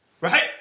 Right